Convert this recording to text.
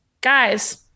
guys